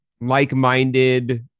like-minded